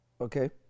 Okay